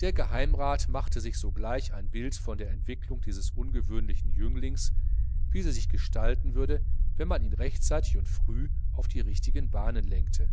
der geheimrat machte sich sogleich ein bild von der entwickelung dieses ungewöhnlichen jünglings wie sie sich gestalten würde wenn man ihn rechtzeitig und früh auf die richtigen bahnen lenkte